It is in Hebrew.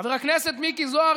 חבר הכנסת מיקי זוהר,